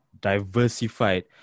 diversified